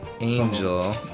Angel